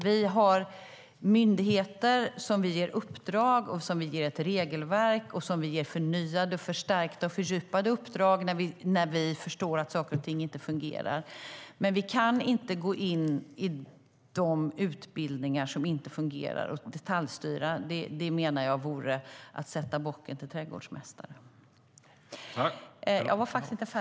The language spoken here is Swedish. Vi har myndigheter som vi ger uppdrag, regelverk och förnyade, förstärkta och fördjupade uppdrag när vi förstår att saker och ting inte fungerar, men vi kan inte gå in i de utbildningar som inte fungerar och detaljstyra. Det menar jag vore att sätta bocken till trädgårdsmästare.